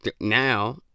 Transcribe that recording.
now